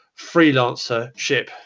freelancership